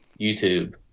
YouTube